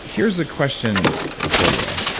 here's the question for you.